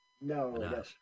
No